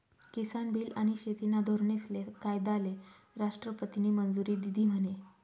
किसान bill आनी शेतीना धोरनेस्ले कायदाले राष्ट्रपतीनी मंजुरी दिधी म्हने?